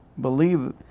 believe